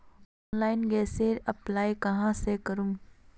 Online गैसेर apply कहाँ से करूम?